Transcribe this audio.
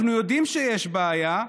אנחנו יודעים שיש בעיה,